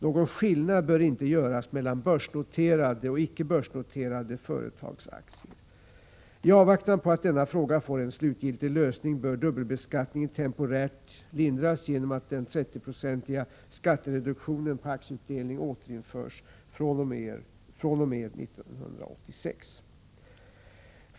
Någon skillnad bör inte göras mellan börsnoterade och icke-börsnoterade företags aktier. I avvaktan på att denna fråga får en slutgiltig lösning, bör dubbelbeskattningen temporärt lindras genom att den 30-procentiga skattereduktionen på aktieutdelning återinförs fr.o.m. 1986.